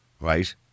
Right